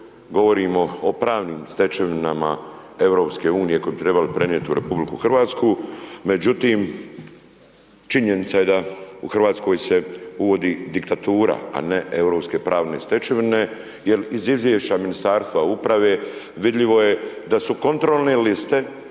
govorimo o pravnim stečevinama EU-a koje bi trebali prenijeti u RH međutim činjenica je da u Hrvatskoj se uvodi diktatura a ne europske pravne stečevine jer iz izvješća Ministarstva uprave vidljivo je da su kontrolne liste